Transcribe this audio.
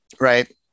right